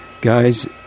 Guys